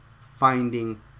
finding